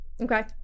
Okay